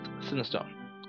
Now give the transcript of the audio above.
sinister